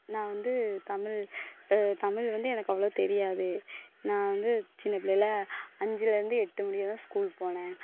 நான் வந்து தமிழ் தமிழ் வந்து எனக்கு அவ்வளோ தெரியாது நான் வந்து சின்ன பிள்ளையில் அஞ்சில் இருந்து எட்டு முடியத்தான் ஸ்கூல் போனேன்